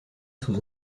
sous